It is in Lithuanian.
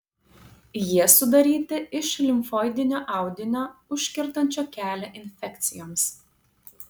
jie sudaryti iš limfoidinio audinio užkertančio kelią infekcijoms